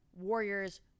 Warriors